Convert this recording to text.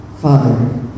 Father